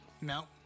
No